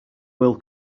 will